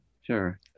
Sure